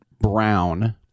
Brown